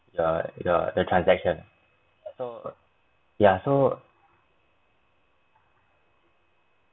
uh uh the transaction so ya so